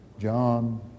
John